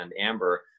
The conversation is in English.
Amber